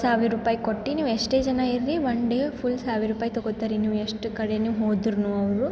ಸಾವಿರ ರೂಪಾಯ್ ಕೊಟ್ಟು ನೀವು ಎಷ್ಟೇ ಜನ ಇರಲಿ ಒನ್ ಡೇ ಫುಲ್ ಸಾವಿರ ರೂಪಾಯ್ ತಗೋತಾರಿ ನೀವು ಎಷ್ಟು ಕಡೆ ನೀವು ಹೋದ್ರು ಅವರು